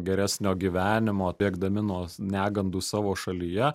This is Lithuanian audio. geresnio gyvenimo bėgdami nuo negandų savo šalyje